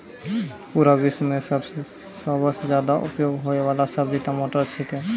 पूरा विश्व मॅ सबसॅ ज्यादा उपयोग होयवाला सब्जी टमाटर छेकै